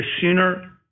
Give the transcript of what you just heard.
sooner